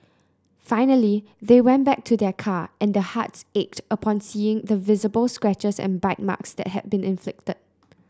finally they went back to their car and their hearts ached upon seeing the visible scratches and bite marks that had been inflicted